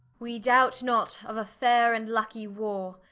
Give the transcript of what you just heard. we doubt not of a faire and luckie warre,